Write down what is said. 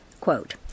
Quote